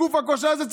הגוף הכושל הזה,